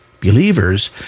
believers